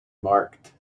marked